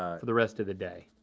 ah for the rest of the day.